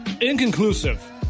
inconclusive